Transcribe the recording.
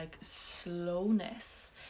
slowness